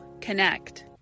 connect